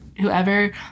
whoever